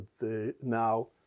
now